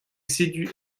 séduit